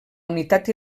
unitat